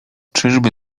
czyżby